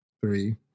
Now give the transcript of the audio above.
three